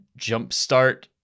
jumpstart